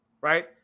right